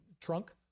trunk